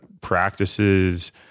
practices